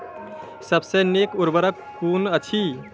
सबसे नीक उर्वरक कून अछि?